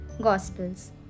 Gospels